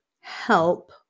help